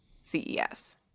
CES